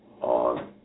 on